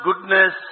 goodness